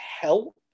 help